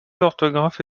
d’orthographe